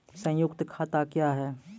संयुक्त खाता क्या हैं?